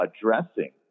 addressing